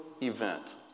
event